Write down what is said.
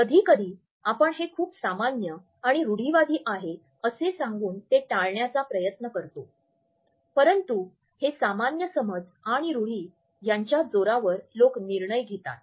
कधीकधी आपण हे खूप सामान्य आणि रूढीवादी आहे असे सांगून ते टाळण्याच्या प्रयत्न करतो परंतु हे सामान्य समज आणि रूढी यांच्या जोरावर लोक निर्णय घेतात